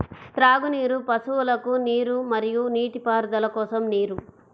త్రాగునీరు, పశువులకు నీరు మరియు నీటిపారుదల కోసం నీరు